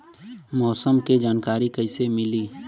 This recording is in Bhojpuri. मौसम के जानकारी कैसे मिली?